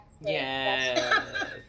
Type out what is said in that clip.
yes